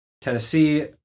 Tennessee